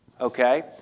okay